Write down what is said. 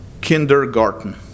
kindergarten